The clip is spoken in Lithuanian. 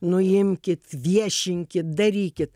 nuimkit viešinkit darykit